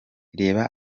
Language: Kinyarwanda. reba